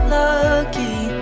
lucky